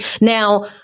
Now